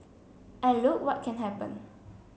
and look what can happen